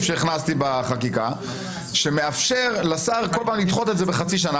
שהכנסתי בחקיקה שמאפשר לשר לדחות את זה בחצי שנה,